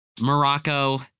Morocco